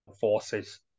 forces